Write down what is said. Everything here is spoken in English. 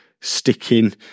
sticking